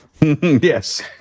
Yes